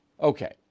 Okay